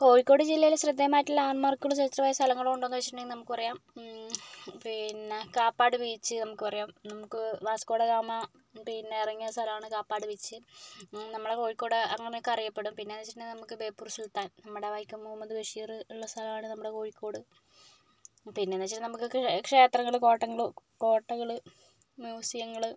കോഴിക്കോട് ജില്ലയില് ശ്രദ്ധേയമായിട്ടുള്ള ലാൻഡ്മാർക്കുള്ളചരിത്രമായുള്ള സ്ഥലങ്ങളുണ്ടോന്ന് ചോദിച്ചിട്ടുണ്ടെങ്കിൽ നമുക്ക് പറയാം പിന്നെ കാപ്പാട് ബീച്ച് നമുക്ക് പറയാം നമുക്ക് വാസ്കോഡഗാമ പിന്നെ ഇറങ്ങിയ സ്ഥലമാണ് കാപ്പാട് ബീച്ച് നമ്മുടെ കോഴിക്കോട് അങ്ങനെയൊക്കെ അറിയപ്പെടും പിന്നേന്ന് വച്ചിട്ടുണ്ടെങ്കിൽ നമുക്ക് ബേപ്പൂർ സുൽത്താൻ നമ്മുടെ വൈക്കം മുഹമ്മദ് ബഷീറു ഉള്ള സ്ഥലമാണ് നമ്മുടെ കോഴിക്കോട് പിന്നേന്ന് വെച്ചിട്ടുണ്ടെങ്കിൽ നമുക്ക് ക്ഷേത്രങ്ങളും കോട്ടങ്ങളും കോട്ടകള് മ്യൂസിയങ്ങള്